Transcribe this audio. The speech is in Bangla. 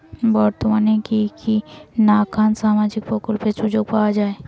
বর্তমানে কি কি নাখান সামাজিক প্রকল্পের সুযোগ পাওয়া যায়?